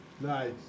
Nice